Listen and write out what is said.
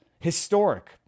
historic